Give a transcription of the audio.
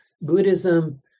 Buddhism